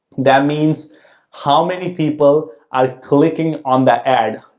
that means how many people are clicking on the ad.